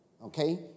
okay